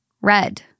Red